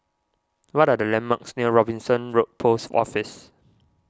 what are the landmarks near Robinson Road Post Office